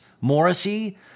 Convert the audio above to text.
Morrissey